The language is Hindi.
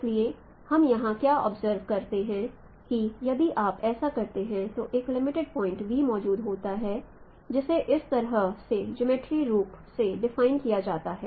इसलिए हम यहां क्या ऑब्जर्व कर सकते हैं कि यदि आप ऐसा करते हैं तो एक लिमिटेड पॉइंट V मौजूद होता है जिसे इस तरह से ज्योमेट्री रूप से डिफाइन किया जाता है